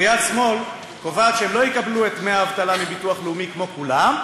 ויד שמאל קובעת שהם לא יקבלו את דמי האבטלה מביטוח לאומי כמו כולם,